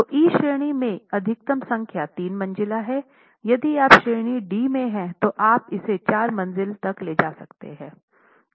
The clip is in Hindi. तो ई श्रेणी में अधिकतम संख्या 3 मंजिला है यदि आप श्रेणी D में हैं तो आप इसे चार मंजिला तक ले जा सकते हैं